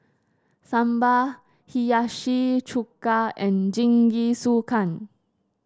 Sambar Hiyashi Chuka and Jingisukan